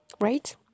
Right